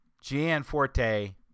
Gianforte